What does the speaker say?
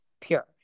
pure